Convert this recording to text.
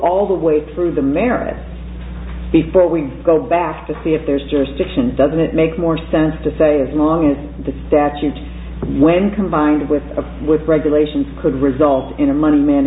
all the way through the merits before we go back to see if there's jurisdiction doesn't it make more sense to say as long as the statute when combined with with regulations could result in a month man